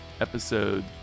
episode